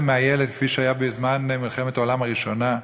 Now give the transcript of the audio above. מהילד כפי שהיה בזמן מלחמת העולם הראשונה,